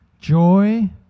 joy